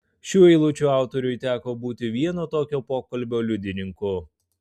šių eilučių autoriui teko būti vieno tokio pokalbio liudininku